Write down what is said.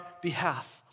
behalf